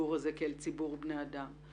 הציבור הזה כאל ציבור בני אדם.